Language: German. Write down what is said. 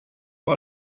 vor